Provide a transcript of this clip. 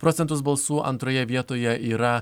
procentus balsų antroje vietoje yra